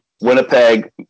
Winnipeg